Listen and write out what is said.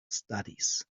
studies